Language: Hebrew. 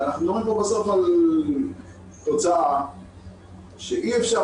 הרי אנחנו מדברים פה בסוף על תוצאה שאי אפשר